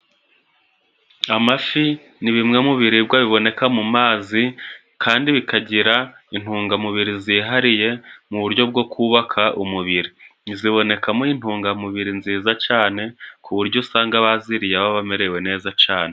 Amafi ni bimwe mu biribwa biboneka mu mazi kandi bikagira intungamubiri zihariye mu buryo bwo kubaka umubiri. Ntizibonekamo intungamubiri nziza cane ku buryo usanga baziriye baba bamerewe neza cane.